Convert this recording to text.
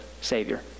Savior